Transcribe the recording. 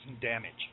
damage